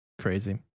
Crazy